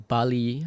Bali